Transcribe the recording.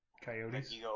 Coyotes